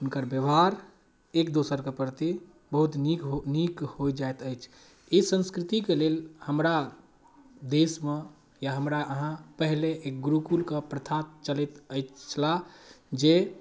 हुनकर व्यवहार एक दोसरके प्रति बहुत नीक होइ नीक होइ जाइत अछि ई संस्कृतिके लेल हमरा देशमे या हमरा अहाँ पहिले एक गुरुकुलके प्रथा चलैत अछि छला जे